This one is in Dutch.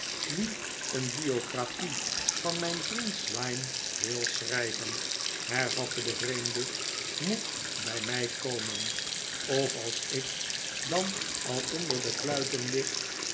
wie een biographie van mijn vriend slyme wil schrijven hervatte de vreemde moet bij mij komen of als ik dan al onder de kluiten lig